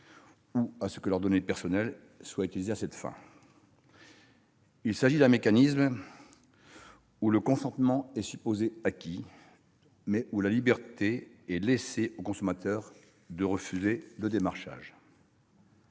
ou à ce que ses données personnelles soient utilisées à cette fin. Il s'agit d'un mécanisme où le consentement est supposé acquis, mais où la liberté est laissée aux consommateurs de refuser le démarchage.